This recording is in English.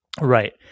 right